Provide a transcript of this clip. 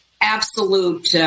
absolute